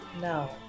No